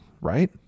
right